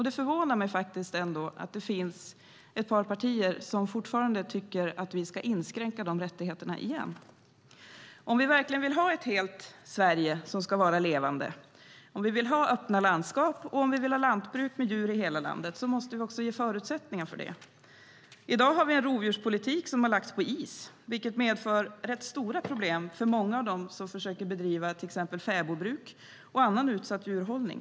Det förvånar mig att det ändå finns ett par partier som fortfarande tycker att vi ska inskränka dessa rättigheter igen. Om vi verkligen vill ha ett helt Sverige som ska vara levande, om vi vill ha öppna landskap och om vi vill ha lantbruk med djur i hela landet måste vi också ge förutsättningar för det. I dag har vi en rovdjurspolitik som har lagts på is, vilket medför rätt stora problem för många av dem som försöker bedriva till exempel fäbodbruk och annan utsatt djurhållning.